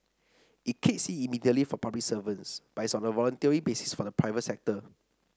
it kicks in immediately for public servants but is on a voluntary basis for the private sector